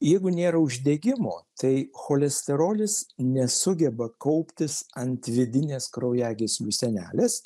jeigu nėra uždegimo tai cholesterolis nesugeba kauptis ant vidinės kraujagyslių sienelės